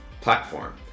platform